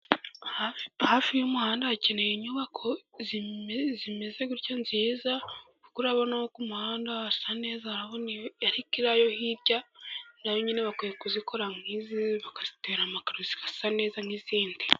Hafi y'umuhanda hakenewe inyubako zimeze gutyo nziza, kuko urabona umuhanda hasa neza, ariko iriya yo hirya nayo nyine bakwiye kuzikora nk'izi, bakazitera amakaro zigasa neza nk'izindi.